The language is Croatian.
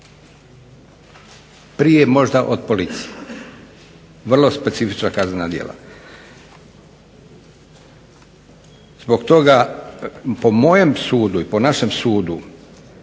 Prije možda od policije, vrlo specifična kaznena djela. Zbog toga po mojem i našem sudu